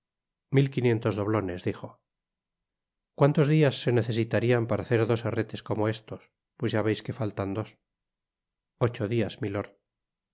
mil quinientos doblones dijo cuántos dias se necesitarian para hacer dos herretes como estos pues ya veis que faltan dos ocho dias milord